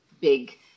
big